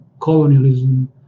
colonialism